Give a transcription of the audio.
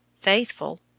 Faithful